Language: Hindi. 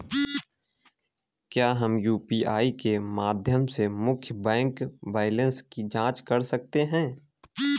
क्या हम यू.पी.आई के माध्यम से मुख्य बैंक बैलेंस की जाँच कर सकते हैं?